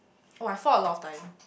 oh I fall a lot of time